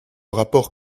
rapport